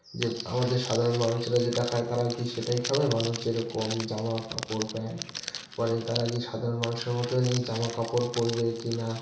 যে আমদের সাধারণ মানুষেরা যেটা খায় তারা কি সেটাই খাবে মানুষ যেরকম জামাকাপড় প্যান্ট পরে তারা কি সাধারণ মানুষের মতোই নিজে জামাকাপড় পরবে কিনা